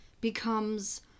becomes